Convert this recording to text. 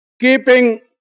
keeping